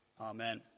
amen